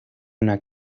una